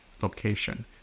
location